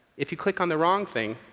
if you click on the wrong thing,